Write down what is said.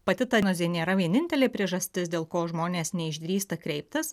pati diagnozė nėra vienintelė priežastis dėl ko žmonės neišdrįsta kreiptis